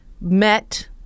met